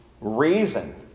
reason